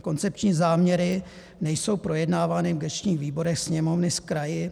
Koncepční záměry nejsou projednávány v gesčních výborech Sněmovny s kraji.